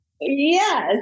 Yes